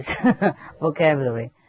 vocabulary